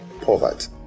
poverty